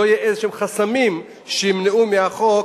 שלא יהיו חסמים כלשהם שימנעו מהחוק